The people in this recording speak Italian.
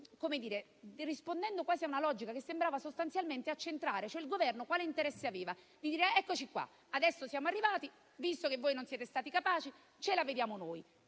rispondendo quasi a una logica che sembrava sostanzialmente accentrare. Il Governo quale interesse aveva? Quello di dire: eccoci, adesso siamo arrivati. Visto che voi non siete stati capaci, ce la vediamo noi,